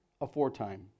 aforetime